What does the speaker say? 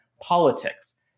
politics